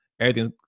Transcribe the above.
everything's